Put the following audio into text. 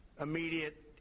immediate